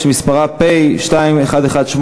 מס' פ/1975.